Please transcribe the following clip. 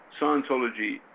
Scientology